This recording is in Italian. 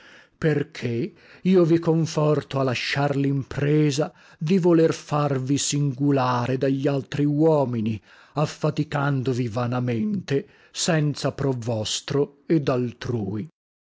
che io vi conforto a lasciar limpresa di voler farvi singulare da glaltri uomini affaticandovi vanamente senza pro vostro e daltrui